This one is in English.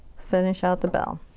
finish out the bell.